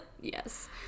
yes